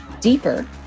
deeper